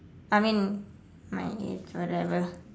I mean my age whatever